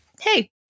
hey